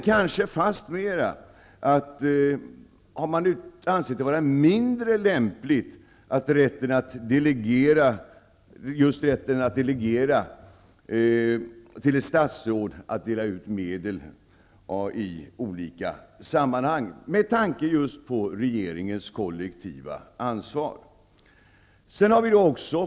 Kanske har man ansett det vara mindre lämpligt att delegera till ett statsråd just rätten att dela ut medel i olika sammanhang -- med tanke just på regeringens kollektiva ansvar.